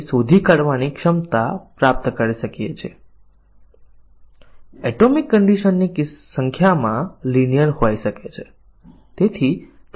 પરંતુ શું તે શક્ય છે કે જે પ્રોગ્રામમાં તમે 100 ટકા શાખા કવરેજ પ્રાપ્ત કરી શકો છો તેમાં હજી પણ ભૂલો અસ્તિત્વમાં હોઈ શકે છે અને તે ભૂલો શું છે શું આપણે એક ભૂલ આપી શકીએ છીએ જે જો આપણે 100 ટકા શાખા કવરેજ પ્રાપ્ત કરીએ તો પણ અસ્તિત્વમાં હોઈ શકે છે